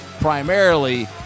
primarily